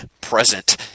present